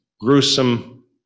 gruesome